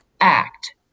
act